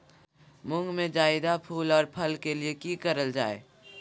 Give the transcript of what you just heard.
मुंग में जायदा फूल और फल के लिए की करल जाय?